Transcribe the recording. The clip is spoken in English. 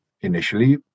initially